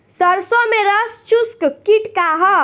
सरसो में रस चुसक किट का ह?